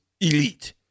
elite